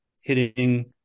hitting